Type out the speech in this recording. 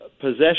possession